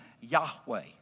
Yahweh